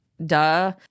Duh